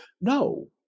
no